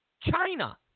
China